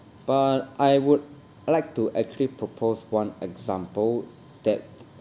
but I would like to actually propose one example that